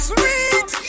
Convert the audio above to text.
Sweet